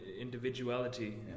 individuality